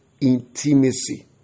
intimacy